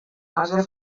marge